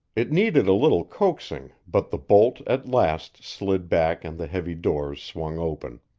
it needed a little coaxing, but the bolt at last slid back and the heavy doors swung open.